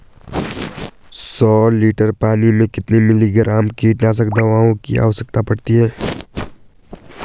सौ लीटर पानी में कितने मिलीग्राम कीटनाशक दवाओं की आवश्यकता पड़ती है?